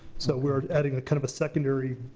so we're adding ah kind of a secondary